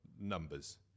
numbers